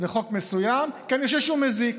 לחוק מסוים, זה כי אני חושב שהוא מזיק,